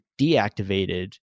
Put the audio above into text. deactivated